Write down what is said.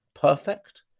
perfect